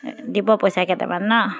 এই দিব পইচা কেটামান ন